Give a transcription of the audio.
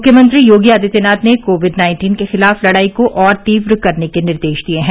मुख्यमंत्री योगी आदित्यनाथ ने Covid nineteen के खिलाफ लड़ाई को और तीव्र करने के निर्देश दिए हैं